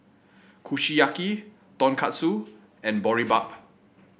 Kushiyaki Tonkatsu and Boribap